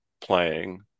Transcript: playing